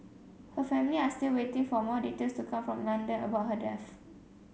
her family are still waiting for more details to come from London about her death